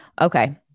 Okay